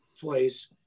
place